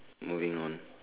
moving on